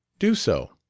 do so.